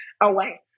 away